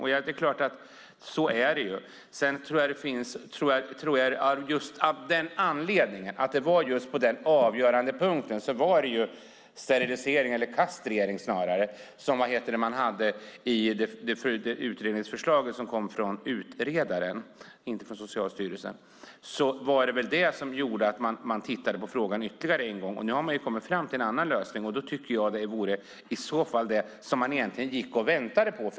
Anledningen till att man tittade på frågan ytterligare en gång var den avgörande punkten angående sterilisering, eller snarare kastrering, i det utredningsförslag som kom från utredaren men inte från Socialstyrelsen. Nu har man kommit fram till en annan lösning. Det var vad vi gick och väntade på.